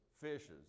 fishes